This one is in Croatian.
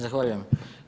Zahvaljujem.